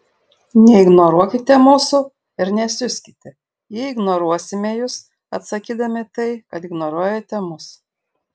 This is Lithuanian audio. neignoruokite mūsų ir nesiuskite jei ignoruosime jus atsakydami į tai kad ignoruojate mus